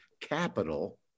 capital